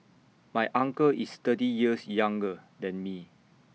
my uncle is thirty years younger than me